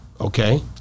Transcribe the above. Okay